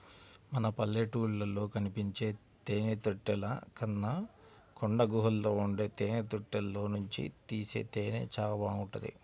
మన పల్లెటూళ్ళలో కనిపించే తేనెతుట్టెల కన్నా కొండగుహల్లో ఉండే తేనెతుట్టెల్లోనుంచి తీసే తేనె చానా బాగుంటది